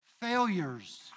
failures